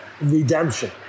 redemption